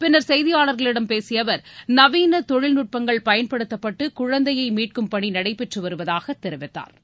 பின்னர் செய்தியாளர்களிடம் பேசிய அவர் நவீன தொழில்நுட்பங்கள் பயன்படுத்தப்பட்டு குழந்தையை மீட்கும் பணி நடைபெற்று வருவதாக தெரிவித்தாா்